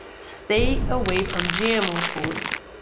stay away from gmo foods.